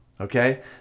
Okay